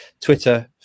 Twitter